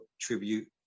tribute